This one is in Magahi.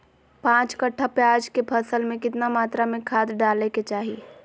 पांच कट्ठा प्याज के फसल में कितना मात्रा में खाद डाले के चाही?